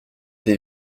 des